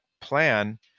plan